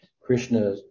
Krishna